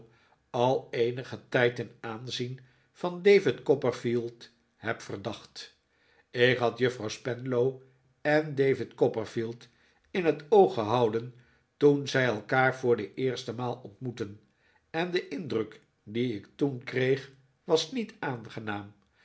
al eenigen tijd ten aanzien van david copperfield heb verdacht ik had juffrouw spenlow en david copperfield in het oog gehouden toen zij elkaar voor de eerste maal ontmoetten en de indruk dien ik toen kreeg was niet aangenaam